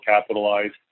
capitalized